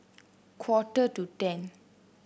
quarter to ten